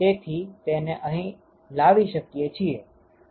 તેથી તેને અહી લાવી શકીએ છીએ